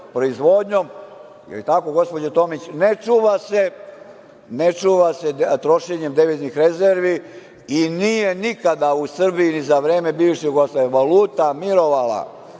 proizvodnjom, je li tako gospođo Tomić, ne čuva se trošenjem deviznih rezervi i nije nikada u Srbiji ni za vreme bivše Jugoslavije valuta mirovala,